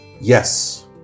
yes